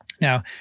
Now